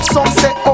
Sunset